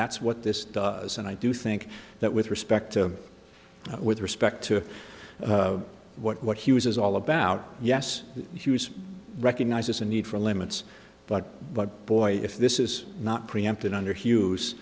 that's what this does and i do think that with respect to with respect to what he was all about yes hughes recognizes the need for limits but but boy if this is not preempted under hughes